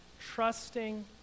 trusting